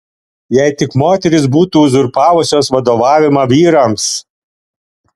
jei tik moterys būtų uzurpavusios vadovavimą vyrams